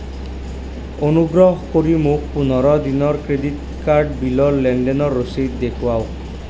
অনুগ্ৰহ কৰি মোক পোন্ধৰ দিনৰ ক্ৰেডিট কাৰ্ড বিলৰ লেনদেনৰ ৰচিদ দেখুৱাওক